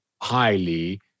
highly